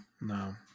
no